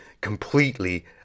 completely